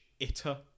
itter